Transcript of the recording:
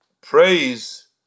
Praise